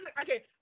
okay